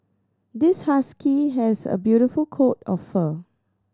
this husky has a beautiful coat of fur